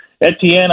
Etienne